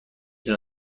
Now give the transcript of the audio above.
تونه